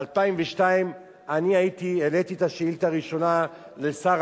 ב-2002 אני העליתי את השאילתא הראשונה לשר